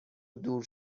دور